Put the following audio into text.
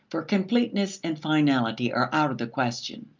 for completeness and finality are out of the question.